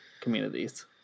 communities